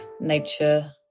nature